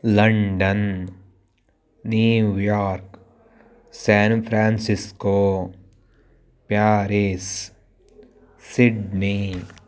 London New York san-francisco Paris Sydney